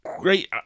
great